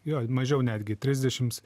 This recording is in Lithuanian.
jo mažiau netgi trisdešims